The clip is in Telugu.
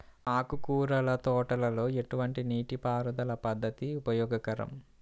ఆకుకూరల తోటలలో ఎటువంటి నీటిపారుదల పద్దతి ఉపయోగకరం?